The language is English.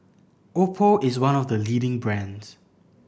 Oppo is one of the leading brands